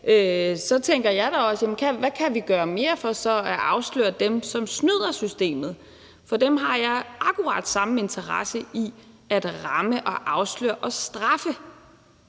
så tænker jeg da også: Hvad kan vi gøre mere for så at afsløre dem, som snyder systemet? For dem har jeg akkurat samme interesse i at ramme og afsløre og straffe.